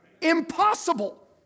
Impossible